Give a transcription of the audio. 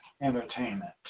entertainment